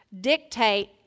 dictate